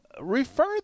refer